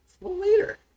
later